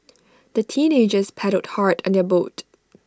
the teenagers paddled hard on their boat